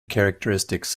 characteristics